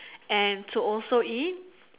and to also eat